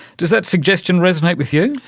does that suggestion resonate with you?